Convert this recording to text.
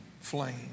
flame